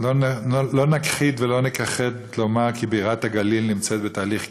לא נכחיש ולא נכחד כי בירת הגליל נמצאת בתהליך קריסה.